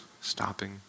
stopping